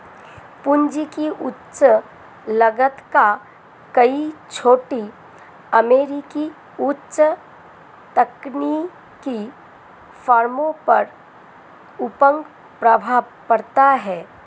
पूंजी की उच्च लागत का कई छोटी अमेरिकी उच्च तकनीकी फर्मों पर अपंग प्रभाव पड़ता है